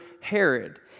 Herod